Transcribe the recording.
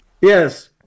Yes